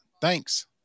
Thanks